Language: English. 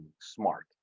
smart